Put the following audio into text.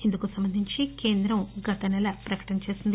ఇందుకు సంబంధించి కేంద్రం గత సెల ప్రకటన చేసింది